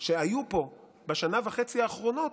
שהיו פה בשנה וחצי האחרונות,